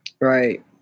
Right